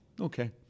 okay